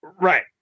Right